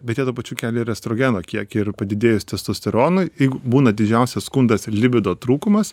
bet jie tuo pačiu kelia ir estrogeno kiekį ir padidėjus testosteronui jeigu būna didžiausias skundas libido trūkumas